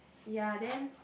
ya then